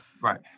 Right